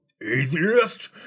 Atheist